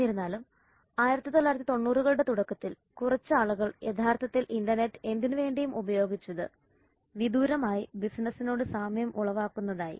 എന്നിരുന്നാലും 1990 കളുടെ തുടക്കത്തിൽ കുറച്ച് ആളുകൾ യഥാർത്ഥത്തിൽ ഇന്റർനെറ്റ് എന്തിനുവേണ്ടിയും ഉപയോഗിച്ചത് വിദൂരമായി ബിസിനെസ്സിനോട് സാമ്യം ഉളവാക്കുന്നതായി